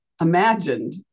imagined